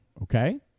Okay